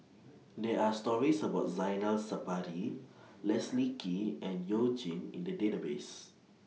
There Are stories about Zainal Sapari Leslie Kee and YOU Jin in The Database